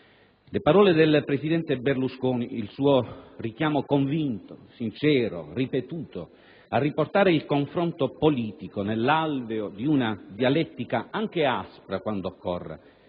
Le parole del presidente Berlusconi ed il suo richiamo convinto, sincero e ripetuto a riportare il confronto politico nell'alveo di una dialettica anche aspra, quando occorra,